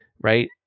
right